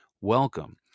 Welcome